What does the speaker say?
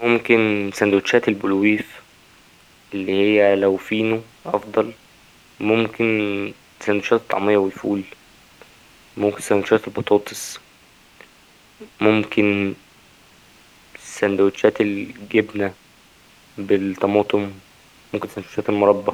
ممكن سندوتشات البلويف اللي هي لو فينو أفضل ممكن سندوتشات الطعمية والفول ممكن سندوتشات البطاطس ممكن سندوتشات الجبنة بالطماطم ممكن سندوتشات المربى.